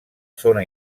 zona